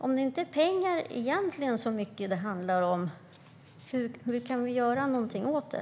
Om det egentligen inte är pengar det handlar om, hur kan vi göra någonting åt det?